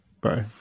Bye